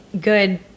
good